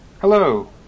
Hello